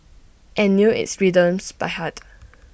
and knew its rhythms by heart